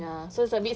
mm